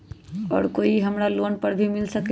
और का इ हमरा लोन पर भी मिल सकेला?